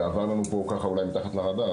זה עבר לנו פה ככה אולי מתחת לרדאר,